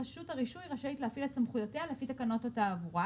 רשות הרישוי רשאית להפעיל את סמכויותיה לפי תקנות התעבורה".